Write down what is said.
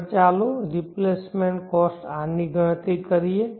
આગળ ચાલો replacement cost R ની ગણતરી કરીએ